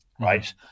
right